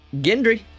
gendry